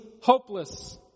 hopeless